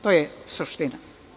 To je suština.